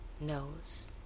knows